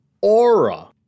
aura